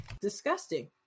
disgusting